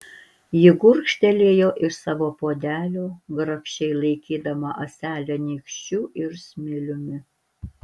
ji gurkštelėjo iš savo puodelio grakščiai laikydama ąselę nykščiu ir smiliumi